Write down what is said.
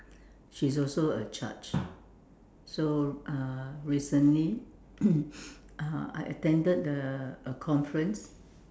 she is also a judge so uh recently uh I attended the a conference